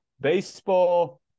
baseball